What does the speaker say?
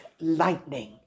lightning